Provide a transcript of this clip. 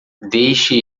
deixe